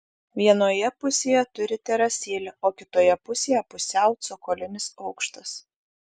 vienoje pusėje turi terasėlę o kitoje pusėje pusiau cokolinis aukštas